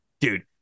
dude